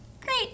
Great